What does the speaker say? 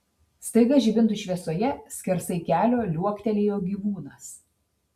staiga žibintų šviesoje skersai kelio liuoktelėjo gyvūnas